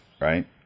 right